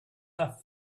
have